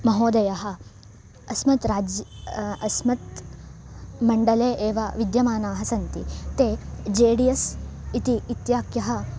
महोदयः अस्मात् राज्यात् अस्मिन् मण्डले एव विद्यमानाः सन्ति ते जे डि एस् इति इत्याख्यस्य